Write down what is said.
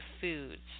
foods